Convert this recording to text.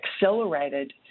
accelerated